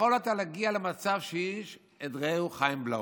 יכול להיות שנגיע למצב ש"איש את רעהו חיים בלעהו".